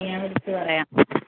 ഞാൻ വിളിച്ചുപറയാം